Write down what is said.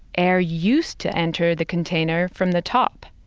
air used to enter the container from the top.